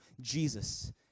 Jesus